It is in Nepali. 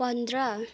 पन्ध्र